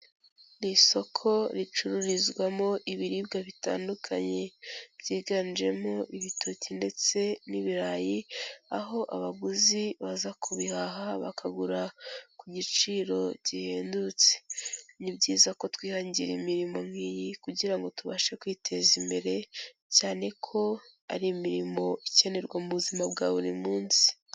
Ni isoko ricururizwamo ibiribwa bitandukanye, byiganjemo ibitoki ndetse n'ibirayi, aho abaguzi baza kubihaha bakagura ku giciro gihendutse. Ni byiza ko twihangira imirimo nk'iyi kugirango tubashe kwiteza imbere, cyane ko ari imirimo ikenerwa mu buzima bwa buri munsi.